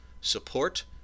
support